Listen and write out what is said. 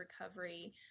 recovery